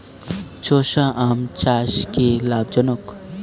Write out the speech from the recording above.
চোষা আম চাষ কি লাভজনক?